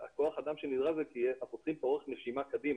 כוח האדם --- אנחנו צריכים פה אורך נשימה קדימה,